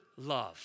love